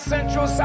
Central